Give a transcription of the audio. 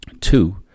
Two